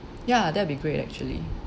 ya that'll be great actually